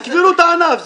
תקברו את הענף.